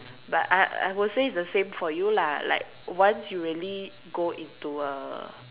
but I I would say is the same for you lah like once you really go into a